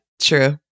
True